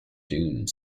dune